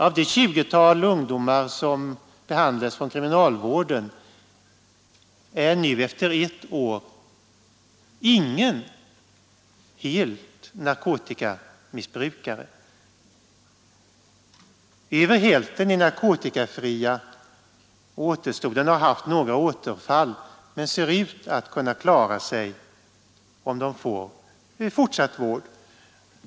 Av det tjugotal ungdomar som behandlades inom kriminalvården är nu efter ett år ingen helt narkotikamissbrukare. Över hälften är narkotikafria och återstoden har haft några återfall men ser ut att klara sig, om de får fortsatt vård.